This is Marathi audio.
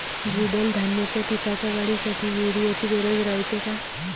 द्विदल धान्याच्या पिकाच्या वाढीसाठी यूरिया ची गरज रायते का?